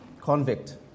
convict